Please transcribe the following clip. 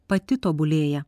pati tobulėja